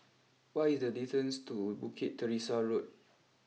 what is the distance to Bukit Teresa Road